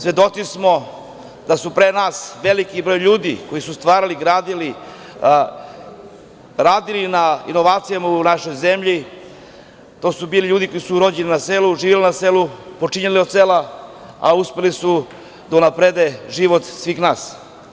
Svedoci samo da su pre nas veliki broj ljudi koji su stvarali, gradili, radili na inovacijama u našoj zemlji, to su bili ljudi koji su rođeni na selu, živeli na seli, počinjali od sela, a uspeli su da unaprede život svih nas.